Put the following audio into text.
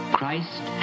Christ